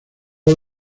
all